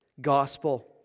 gospel